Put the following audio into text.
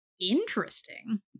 interesting